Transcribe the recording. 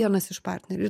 vienas iš partnerių